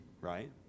right